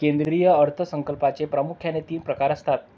केंद्रीय अर्थ संकल्पाचे प्रामुख्याने तीन प्रकार असतात